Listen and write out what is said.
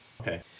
Okay